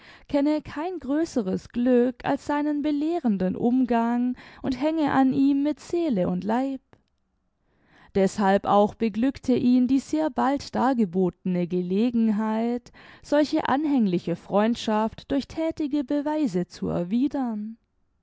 kenne kein größeres glück als seinen belehrenden umgang und hänge an ihm mit seele und leib deßhalb auch beglückte ihn die sehr bald dargebotene gelegenheit solche anhängliche freundschaft durch thätige beweise zu erwidern